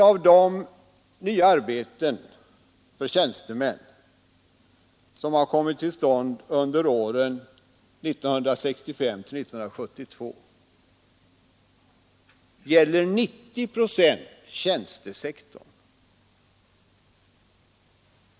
Av de nya arbeten för tjänstemän som kommit till stånd under åren 1965—1972 gäller 90 procent tjänstesektorn.